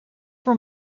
voor